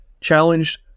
Challenged